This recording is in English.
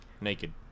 Naked